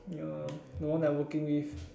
ya the one I working with